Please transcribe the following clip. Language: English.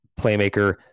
playmaker